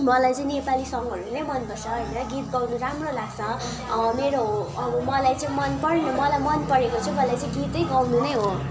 मलाई चाहिँ नेपाली सङहरू नै मनपर्छ होइन गीत गाउनु राम्रो लाग्छ अँ मेरो मलाई चाहिँ मनपर्ने मलाई मनपरेको चाहिँ मलाई चाहिँ गीतै गाउनु नै हो